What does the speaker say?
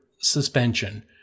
suspension